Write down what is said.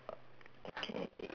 okay